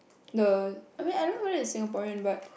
the I mean I don't know the Singaporean but